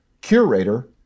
curator